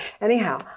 Anyhow